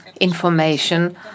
information